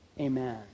amen